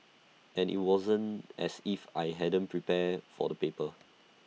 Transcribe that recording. and IT wasn't as if I hadn't prepared for the paper